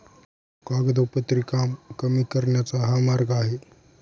कागदोपत्री काम कमी करण्याचा हा मार्ग आहे